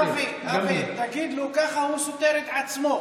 אבי, אבי, תגיד לו: ככה הוא סותר את עצמו.